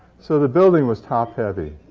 so the building was top-heavy.